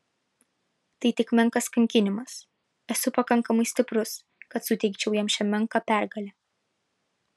tai tik menkas kankinimas esu pakankamai stiprus kad suteikčiau jam šią menką pergalę